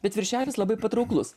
bet viršelis labai patrauklus